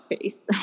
face